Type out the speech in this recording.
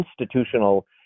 institutional